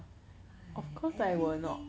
!aiya! everything